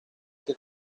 che